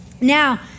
Now